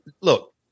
look